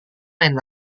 lain